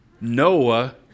Noah